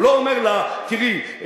הוא לא אומר לה: תראי,